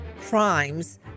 crimes